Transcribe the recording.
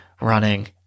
running